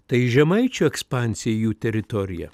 tai žemaičių ekspansija į jų teritoriją